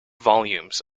volumes